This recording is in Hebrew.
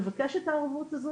לבקש את הערבות הזו.